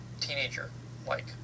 teenager-like